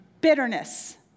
bitterness